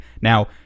Now